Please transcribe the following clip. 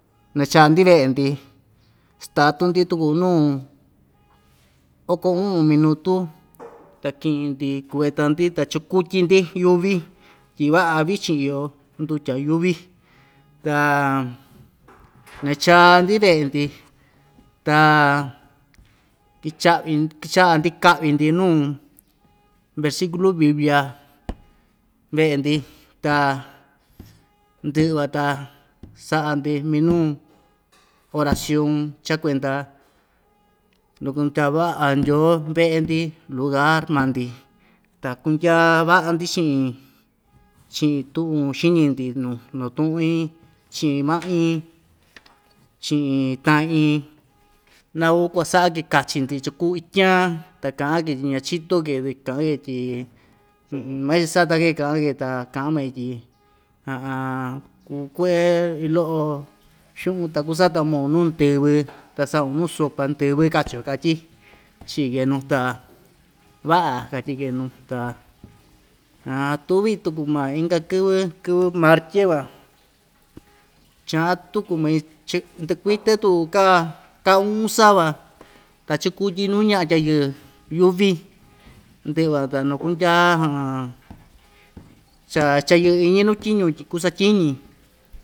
Nacha‑ndi ve'e‑ndi statu‑ndi tuku nuu oko u'un minutu ta ki'in‑ndi kueta‑ndi ta chikutyi‑ndi yuvi tyi va'a vichin iyo ndutya yuvi ta nachaa‑ndi ve'e‑ndi ta icha'vi kicha'a‑ndi ka'vi‑ndi nuu versikulu biblia ve'e‑ndi ta ndɨ'ɨ van ta sa'a‑ndi minu oracion cha kuenda ndyoo ve'e‑ndi lugar maa‑ndi ta kundyaa va'a‑ndi chi'in chi'in tu'un xiñi‑ndi nu natu'in chi'in ma'i chi'in ta'in naku kuasa'a‑ke kachi‑ndi cha kuu ityaan ta ka'an‑ke tyi ñachito‑ke ka'an‑ke tyi matya satake ka'an‑ke ta ka'an mai tyi kuu ku've iin lo'o xu'un ta kusata maun nuu ndɨvɨ ta sa'un nuu sopa ndɨvɨ kachio katyi chii‑ke nuu ta va'a katyi‑ke nuu tuvi tuku maa inka kɨvɨ kɨvɨ martye van cha'an tuku mai cha ndukuite tu ka ka u'un sava ta chikutyi nu ña'a tyayɨɨ yuvi ndɨ'ɨ van ta nukundya cha chayɨ'ɨ iñi nu tyiñu tyi kusatyiñi.